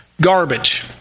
Garbage